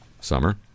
summer